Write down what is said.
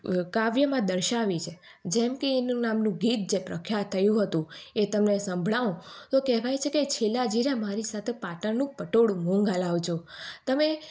કાવ્યમાં દર્શાવી છે જેમ કે એના નામનું ગીત પ્રખ્યાત થયું હતું એ તમે સંભળાવો તો કહેવાય છે કે છેલાજી મારી સાથે પાટણનું પટોળું મોંઘું લાવજો તમે